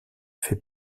fait